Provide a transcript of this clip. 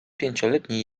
pięcioletni